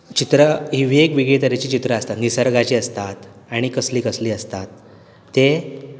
चित्रां ही वेग वेगळी तरेचीं चित्रां आसतात निसर्गाची आसतात आनी कसली कसली आसतात ते